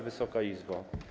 Wysoka Izbo!